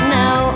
now